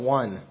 one